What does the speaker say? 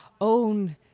own